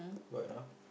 good enough